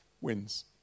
wins